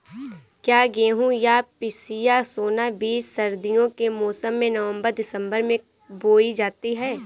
क्या गेहूँ या पिसिया सोना बीज सर्दियों के मौसम में नवम्बर दिसम्बर में बोई जाती है?